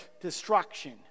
destruction